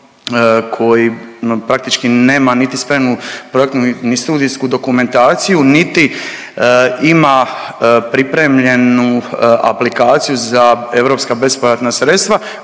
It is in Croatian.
koji nam praktički nema niti spremnu projektnu ni studijsku dokumentaciju niti ima pripremljenu aplikaciju za europska bespovratna sredstva